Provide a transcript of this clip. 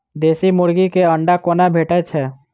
देसी मुर्गी केँ अंडा कोना भेटय छै?